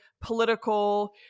political